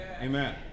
amen